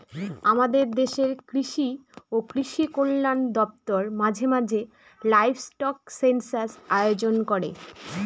আমাদের দেশের কৃষি ও কৃষি কল্যাণ দপ্তর মাঝে মাঝে লাইভস্টক সেনসাস আয়োজন করে